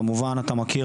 כמובן שאתה מכיר,